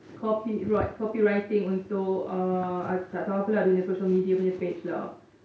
copyright copyrighting untuk uh tak tahu apa lah dia punya social media punya page lah